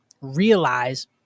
realize